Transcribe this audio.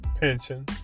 pension